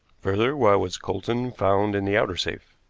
further, why was coulsdon found in the outer safe?